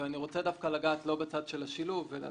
אני רוצה דווקא לגעת לא בצד של השילוב אלא